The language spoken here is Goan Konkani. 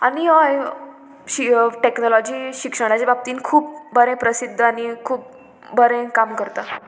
आनी हय शि टॅक्नोलॉजी शिक्षणाच्या बाबतीन खूब बरें प्रसिद्ध आनी खूब बरें काम करता